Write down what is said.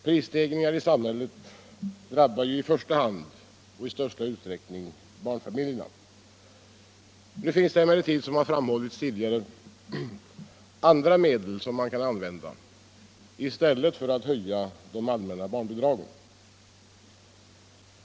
Prisstegringar i samhället drabbar ju i första hand och i största utsträckning barnfamiljerna. Nu finns det emellertid, som har framhållits tidigare, andra medel som man kan använda i stället för att höja de allmänna barnbidragen.